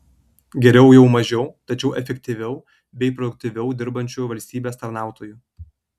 geriau jau mažiau tačiau efektyviau bei produktyviau dirbančių valstybės tarnautojų